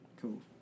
Cool